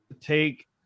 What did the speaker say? Take